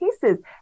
cases